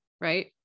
right